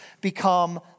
become